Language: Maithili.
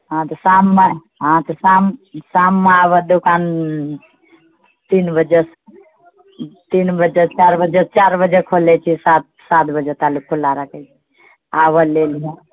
हाँ तऽ शाममे हाँ तऽ शाम शाममे आबऽ दोकान तीन बजे तीन बजे चारि बजे चारि बजे खोलै छिऐ सात सात बजे तलक खुला रखए छिऐ आबऽ ले लिहऽ